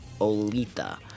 Olita